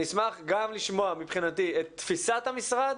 אני אשמח גם לשמוע מבחינתי את תפיסת המשרד